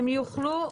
הם יוכלו.